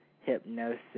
hypnosis